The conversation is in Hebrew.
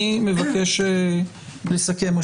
אסכם.